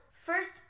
first